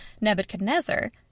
Nebuchadnezzar